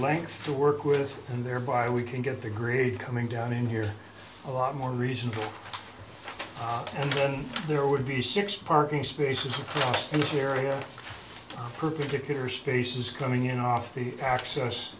length to work with and thereby we can get the grid coming down in here a lot more reasonable and then there would be six parking spaces in the area perpendicular spaces coming in off the access